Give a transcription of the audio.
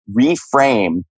reframe